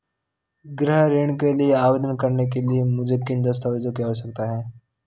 गृह ऋण के लिए आवेदन करने के लिए मुझे किन दस्तावेज़ों की आवश्यकता है?